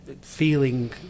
feeling